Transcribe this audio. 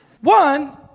One